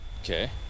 Okay